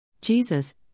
Jesus